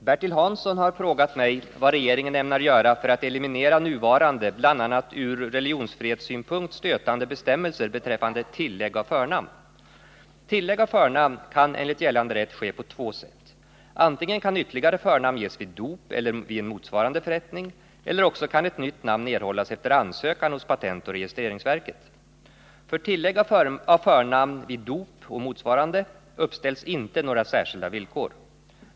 Herr talman! Bertil Hansson har frågat mig vad regeringen ämnar göra för att eliminiera nuvarande, bl.a. ur religionsfrihetssynpunkt stötande, bestämmelser beträffande tillägg av förnamn. Tillägg av förnamn kan enligt gällande rätt ske på två sätt. Antingen kan också kan ett nytt namn erhållas efter ansökan hos patentoch registrerings Torsdagen den särskilda villkor.